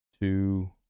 two